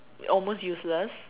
almost useless